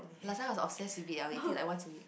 last time I was obsessed with it I will eat it once a week